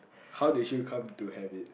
how did you come to have it